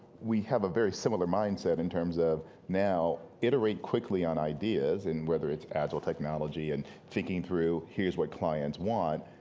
we have a very similar mindset in terms of, now, iterate quickly on ideas, and whether it's agile technology and thinking through, here's what clients want.